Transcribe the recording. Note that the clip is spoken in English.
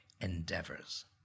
endeavors